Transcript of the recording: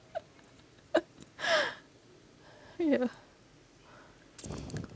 ya